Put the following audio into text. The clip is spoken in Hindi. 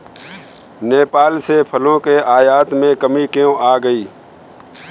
नेपाल से फलों के आयात में कमी क्यों आ गई?